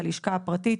והלשכה הפרטית